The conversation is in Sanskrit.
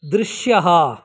दृश्यः